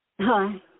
Hi